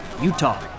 Utah